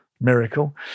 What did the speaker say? miracle